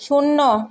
শূন্য